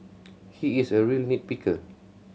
he is a real nit picker